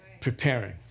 Preparing